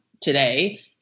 today